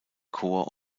chor